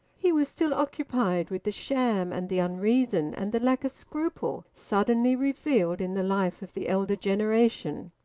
he was still occupied with the sham and the unreason and the lack of scruple suddenly revealed in the life of the elder generation.